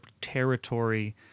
territory